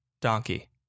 donkey